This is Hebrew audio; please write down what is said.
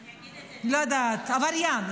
עבריין,